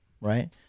Right